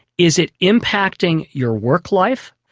is it impacting your work life,